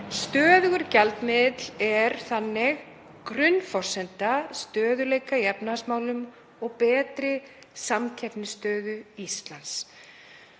Stöðugur gjaldmiðill er grunnforsenda stöðugleika í efnahagsmálum og betri samkeppnisstöðu Íslands.